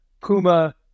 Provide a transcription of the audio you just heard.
Puma